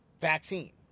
vaccine